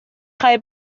خوای